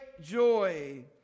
joy